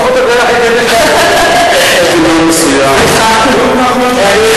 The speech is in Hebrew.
יש לך הזכות להחליט איזה שי את בוחרת.